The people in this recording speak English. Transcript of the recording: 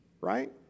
Right